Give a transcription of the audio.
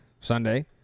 Sunday